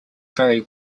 vary